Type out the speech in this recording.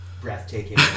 breathtaking